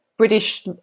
British